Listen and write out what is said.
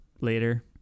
later